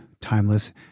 timeless